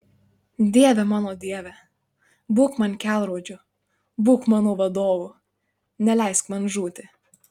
dieve mano dieve būk man kelrodžiu būk mano vadovu neleisk man žūti